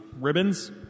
Ribbons